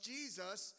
Jesus